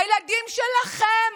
הילדים שלכם,